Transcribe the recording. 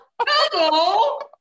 hello